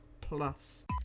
Plus